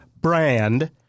brand